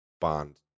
bond